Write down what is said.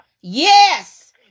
yes